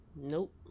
Nope